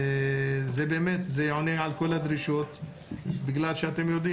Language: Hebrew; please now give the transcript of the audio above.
זה עונה על כל הדרישות בגלל שאתם יודעים,